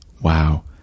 Wow